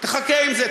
תחכה עם זה,